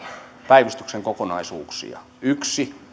päivystyksen kokonaisuuksia yksi